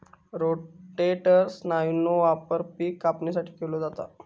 rotator स्नायूचो वापर पिक कापणीसाठी केलो जाता